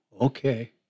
okay